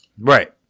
Right